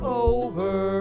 over